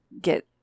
get